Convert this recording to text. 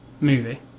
movie